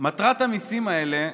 מטרת המיסים האלו,